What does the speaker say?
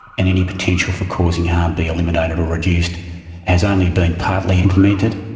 and any potential for causing harm be eliminated or reduced has only been partly implemented.